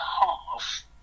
half